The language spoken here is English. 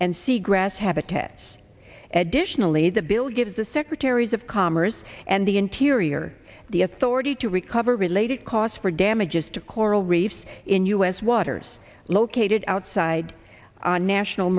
and sea grass habitats additionally the bill gives the secretaries of commerce and the interior the authority to recover related costs for damages to coral reefs in u s waters located outside national